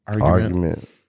Argument